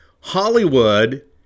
Hollywood